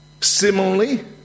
Similarly